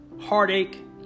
heartache